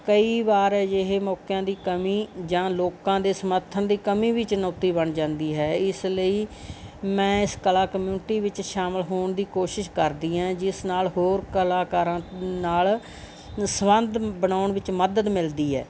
ਕਈ ਵਾਰ ਅਜਿਹੇ ਮੌਕਿਆਂ ਦੀ ਕਮੀ ਜਾਂ ਲੋਕਾਂ ਦੇ ਸਮਰਥਨ ਦੀ ਕਮੀ ਵੀ ਚੁਣੌਤੀ ਬਣ ਜਾਂਦੀ ਹੈ ਇਸ ਲਈ ਮੈਂ ਇਸ ਕਲਾ ਕਮਿਊਨਿਟੀ ਵਿੱਚ ਸ਼ਾਮਿਲ ਹੋਣ ਦੀ ਕੋਸ਼ਿਸ਼ ਕਰਦੀ ਹਾਂ ਜਿਸ ਨਾਲ ਹੋਰ ਕਲਾਕਾਰਾਂ ਨਾਲ ਸਬੰਧ ਬਣਾਉਣ ਵਿੱਚ ਮਦਦ ਮਿਲਦੀ ਹੈ